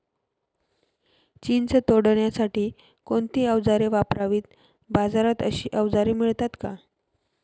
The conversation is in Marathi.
चिंच तोडण्यासाठी कोणती औजारे वापरावीत? बाजारात अशी औजारे मिळतात का?